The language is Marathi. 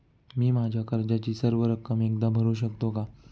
मी माझ्या कर्जाची सर्व रक्कम एकदा भरू शकतो का?